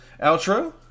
outro